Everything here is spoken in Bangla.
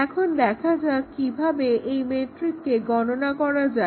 এখন দেখা যাক কিভাবে এই McCabe's মেট্রিককে গণনা করা যায়